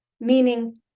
Meaning